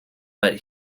but